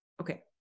Okay